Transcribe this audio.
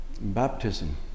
Baptism